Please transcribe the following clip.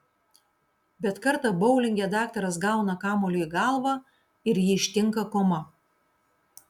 bet kartą boulinge daktaras gauna kamuoliu į galvą ir jį ištinka koma